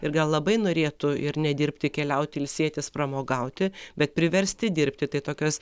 ir gal labai norėtų ir nedirbti keliauti ilsėtis pramogauti bet priversti dirbti tai tokios